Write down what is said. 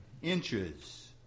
inches